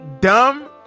dumb